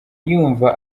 yumva